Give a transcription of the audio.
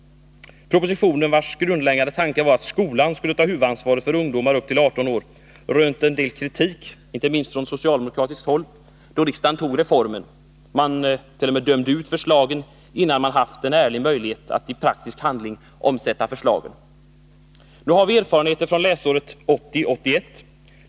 Propositionen, vars grundläggande tanke var att skolan skulle ta huvudansvaret för ungdomar upp till 18 år, rönte en del kritik inte minst från socialdemokratiskt håll då riksdagen fattade beslut om reformen. Man t.o.m. dömde ut förslagen innan skolmyndigheterna haft en ärlig möjlighet att i praktisk handling omsätta dem. Nu har vi erfarenheter från läsåret 1980/81.